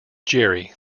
jerry